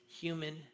human